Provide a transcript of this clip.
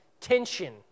tension